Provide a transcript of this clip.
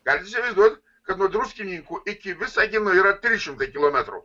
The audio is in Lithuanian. galit įsivaizduot kad nuo druskininkų iki visagino yra trys šimtai kilometrų